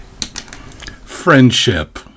Friendship